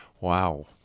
Wow